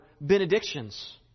benedictions